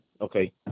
Okay